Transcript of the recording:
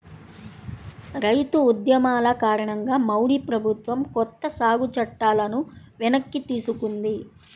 రైతు ఉద్యమాల కారణంగా మోడీ ప్రభుత్వం కొత్త సాగు చట్టాలను వెనక్కి తీసుకుంది